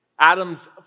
Adam's